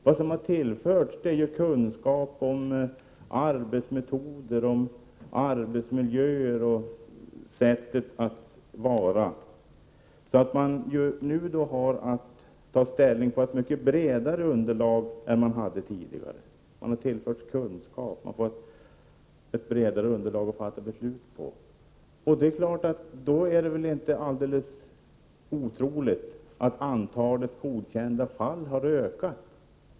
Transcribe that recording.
Vad som har tillförts är kunskap om arbetsmetoder, arbetsmiljöer och sättet att vara, så att man nu kan ta ställning utifrån ett mycket bredare underlag än tidigare. Då är det väl inte så underligt om antalet godkända fall har ökat.